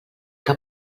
que